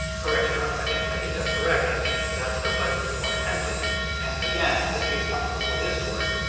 correct, your honor i think i think that's correct. and i think that's precisely the point of hensley and again as this case comes before this court,